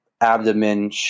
abdomen